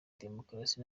demokarasi